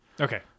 Okay